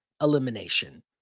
elimination